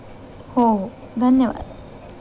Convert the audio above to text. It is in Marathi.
हो हो धन्यवाद